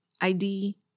ID